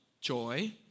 joy